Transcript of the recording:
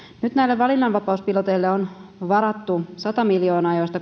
nyt näille valinnanvapauspiloteille on varattu sata miljoonaa josta